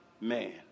man